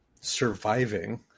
surviving